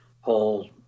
whole